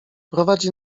prowadzi